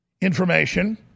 information